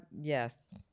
Yes